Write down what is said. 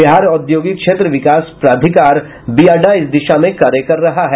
बिहार औद्योगिक क्षेत्र विकास प्राधिकार बियाडा इस दिशा में कार्य कर रहा है